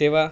तेव्हा